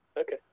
Okay